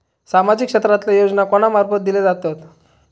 सामाजिक क्षेत्रांतले योजना कोणा मार्फत दिले जातत?